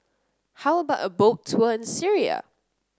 how about a Boat Tour in Syria